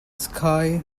sky